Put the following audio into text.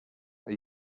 are